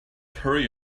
hurry